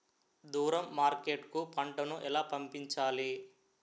దూరం మార్కెట్ కు పంట ను ఎలా పంపించాలి?